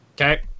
Okay